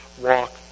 walk